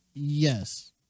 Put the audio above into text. Yes